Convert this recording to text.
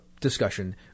discussion